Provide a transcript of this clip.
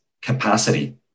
capacity